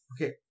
Okay